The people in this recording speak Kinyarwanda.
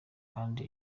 kandi